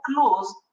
close